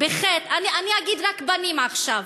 בח' אני אגיד רק בנים עכשיו: